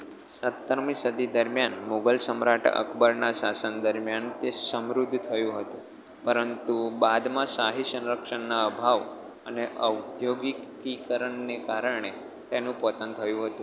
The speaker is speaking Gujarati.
સત્તરમી સદી દરમિયાન મુગલ સમ્રાટ અકબરના શાસન દરમિયાન તે સમૃદ્ધ થયું હતું પરંતુ બાદમાં શાહી સંરક્ષણના અભાવ અને ઔદ્યોગિકીકરણને કારણે તેનું પતન થયું હતું